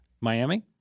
Miami